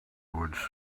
would